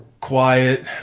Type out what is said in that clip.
quiet